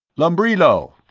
lumbrilo,